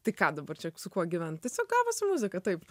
tai ką dabar čia su kuo gyvent tiesiog gavosi muzika taip